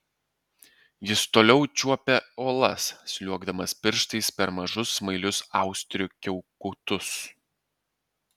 jis toliau čiuopė uolas sliuogdamas pirštais per mažus smailius austrių kiaukutus